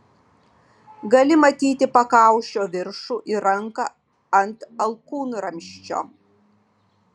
gali matyti pakaušio viršų ir ranką ant alkūnramsčio